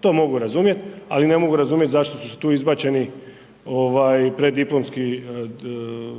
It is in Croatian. to mogu razumjeti. Ali ne mogu razumjeti zašto su tu izbačeni preddiplomski